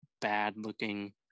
bad-looking